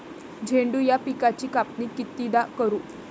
झेंडू या पिकाची कापनी कितीदा करू?